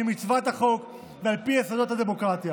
כמצוות החוק ועל פי יסודות הדמוקרטיה.